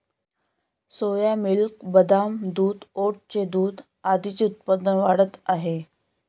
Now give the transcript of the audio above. सोया milk, बदाम दूध, ओटचे दूध आदींचे उत्पादन वाढत आहे